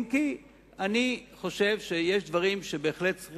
אם כי אני חושב שיש דברים שבהחלט צריך